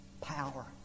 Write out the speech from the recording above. power